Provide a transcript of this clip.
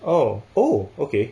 oh oh okay